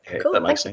Cool